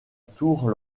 tour